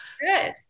good